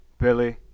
Billy